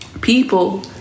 People